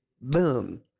boom